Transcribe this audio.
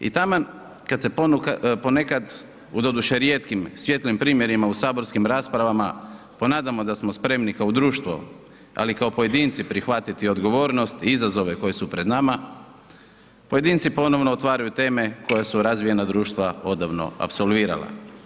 I taman kad se ponekad u doduše rijetkim, svijetlim primjerima u saborskim raspravama, ponadamo da smo spremni kao društvo, ali i kao pojedinci prihvatiti odgovornost i izazove koji su pred nama, pojedinci ponovno otvaraju teme koja su razvijena društva odavno apsolvirala.